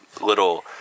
little